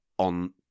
On